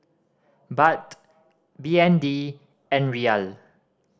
Baht B N D and Riyal